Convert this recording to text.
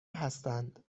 هستند